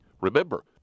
Remember